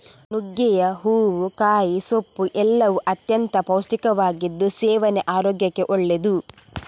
ನುಗ್ಗೆಯ ಹೂವು, ಕಾಯಿ, ಸೊಪ್ಪು ಎಲ್ಲವೂ ಅತ್ಯಂತ ಪೌಷ್ಟಿಕವಾಗಿದ್ದು ಸೇವನೆ ಆರೋಗ್ಯಕ್ಕೆ ಒಳ್ಳೆದ್ದು